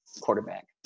quarterback